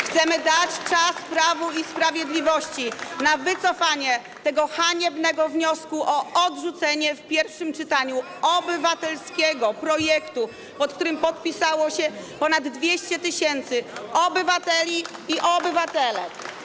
Chcemy dać czas Prawu i Sprawiedliwości na wycofanie tego haniebnego wniosku o odrzucenie w pierwszym czytaniu obywatelskiego projektu, pod którym podpisało się ponad 200 tys. obywateli i obywatelek.